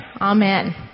Amen